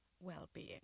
well-being